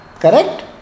correct